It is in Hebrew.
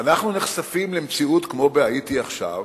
אנחנו נחשפים למציאות כמו בהאיטי עכשיו,